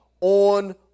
on